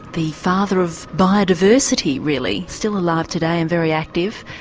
the father of biodiversity really, still alive today and very active,